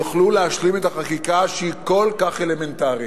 יוכלו להשלים את החקיקה, שהיא כל כך אלמנטרית.